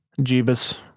Jeebus